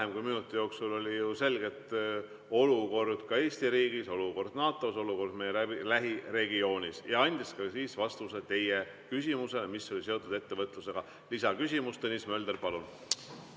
vähem kui minuti jooksul, oli ju selge, et olukord Eesti riigis, olukord NATO‑s, olukord meie lähiregioonis. Ja ta andis ka siis vastuse teie küsimusele, mis oli seotud ettevõtlusega. Lisaküsimus, Tõnis Mölder, palun!